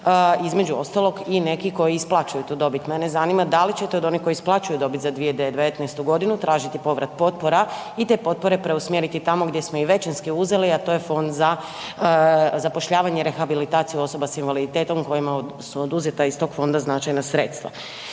između ostalog i neki koji isplaćuju tu dobit. Mene zanima da li ćete od onih koji su isplaćuju dobit za 2019. g. tražiti povrat potpora i te potpore preusmjeriti tamo gdje smo ih većinski uzeli, a to je Fond za zapošljavanje rehabilitaciju osoba s invaliditetom kojima su oduzeta iz tog Fonda značajna sredstva.